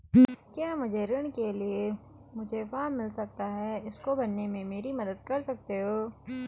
क्या मुझे ऋण के लिए मुझे फार्म मिल सकता है इसको भरने में मेरी मदद कर सकते हो?